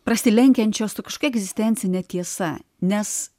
prasilenkiančio su kažkokia egzistencine tiesa nes